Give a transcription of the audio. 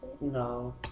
no